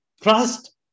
Trust